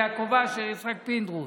יעקב אשר ויצחק פינדרוס.